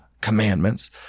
commandments